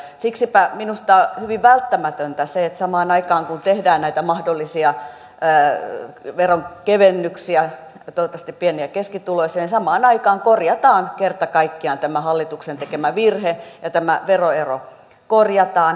siksipä minusta on hyvin välttämätöntä se että kun tehdään näitä mahdollisia veronkevennyksiä toivottavasti pieni ja keskituloisille niin samaan aikaan korjataan kerta kaikkiaan tämä hallituksen tekemä virhe ja tämä veroero korjataan